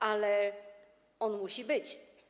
Ale on musi być.